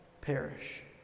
perish